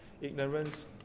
Ignorance